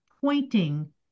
pointing